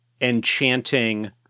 enchanting